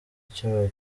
icyo